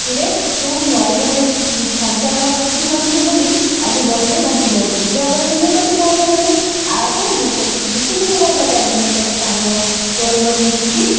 କିରେ ତୁ ନଈ ବଢ଼ି ସନ୍ତରଣ ଶିଖିନଥିଲୁ ବୋଲି ଆଜି ବଢ଼ିରେ ଭାସିଯାଉଥିଲୁ ଯାହାଫଳରେ ମୁଁ ତୋତେ ସାହାଯ୍ୟ କଲି ଆସେ ମୁଁ ତୋତେ ଯେତେ ଦିନ ହେଉନା କାହିଁକି ମୁଁ ତତେ ସାଙ୍ଗ ତୋର ମୋର ମିଶିକି